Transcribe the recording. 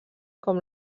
com